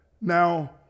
Now